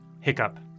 hiccup